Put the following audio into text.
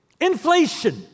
Inflation